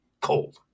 cold